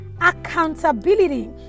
Accountability